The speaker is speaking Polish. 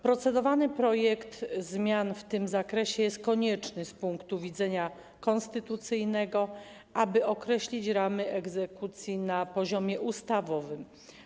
Procedowany projekt zmian w tym zakresie jest konieczny z punktu widzenia konstytucyjnego, aby określić ramy egzekucji na poziomie ustawowym.